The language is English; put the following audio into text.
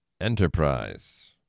Enterprise